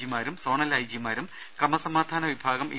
ജിമാരും zonal ഐജിമാരും ക്രമസമാധാനവിഭാഗം A